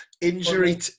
Injury